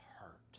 hurt